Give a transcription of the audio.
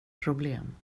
problem